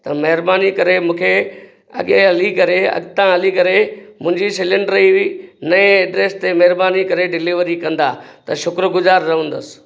त महिरबानी करे मूंखे अॻिए हली करे अॻितां हली करे मुंजी सिलेंडर जी नए एड्रेस ते मेहरबानी करे डिलेवरी कंदा त शुक्रगुजार रहंदुसि